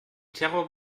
terror